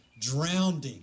drowning